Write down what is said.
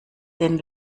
den